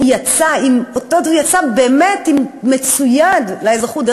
הוא יצא עם אותות, הוא יצא באמת מצויד לאזרחות.